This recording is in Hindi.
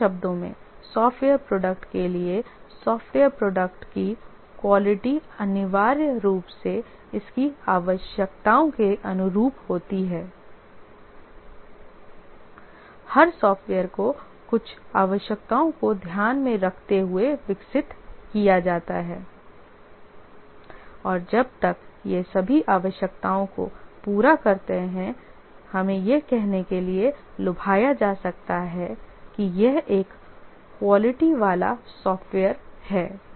दूसरे शब्दों में सॉफ़्टवेयर प्रोडक्ट के लिए सॉफ़्टवेयर प्रोडक्ट की क्वालिटी अनिवार्य रूप से इसकी आवश्यकताओं के अनुरूप होती है हर सॉफ्टवेयर को कुछ आवश्यकताओं को ध्यान में रखते हुए विकसित किया जाता है और जब तक यह सभी आवश्यकताओं को पूरा करता है हमें यह कहने के लिए लुभाया जा सकता है कि यह एक क्वालिटी वाला सॉफ्टवेयर है